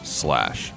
slash